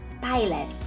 pilot